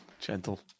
Gentle